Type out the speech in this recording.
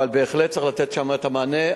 אבל בהחלט צריך לתת שם את המענה.